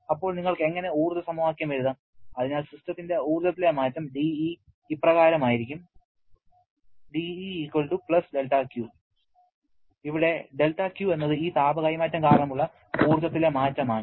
അപ്പോൾ നിങ്ങൾക്ക് എങ്ങനെ ഊർജ്ജ സമവാക്യം എഴുതാം അതിനാൽ സിസ്റ്റത്തിന്റെ ഊർജ്ജത്തിലെ മാറ്റം dE ഇപ്രകാരമായിരിക്കും dE δQ ഇവിടെ δQ എന്നത് ഈ താപ കൈമാറ്റം കാരണം ഉള്ള ഊർജ്ജത്തിലെ മാറ്റം ആണ്